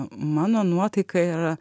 mano nuotaika yra